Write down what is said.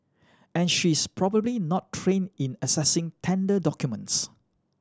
and she is probably not trained in assessing tender documents